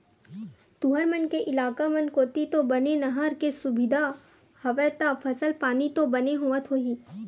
तुंहर मन के इलाका मन कोती तो बने नहर के सुबिधा हवय ता फसल पानी तो बने होवत होही?